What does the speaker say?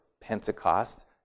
Pentecost